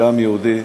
כעם היהודי,